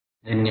धन्यवाद